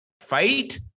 fight